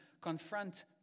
Confront